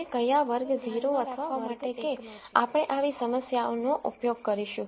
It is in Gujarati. ફક્ત ધ્યાનમાં રાખવા માટે કે આપણે આવી સમસ્યાઓનો ઉપયોગ કરીશું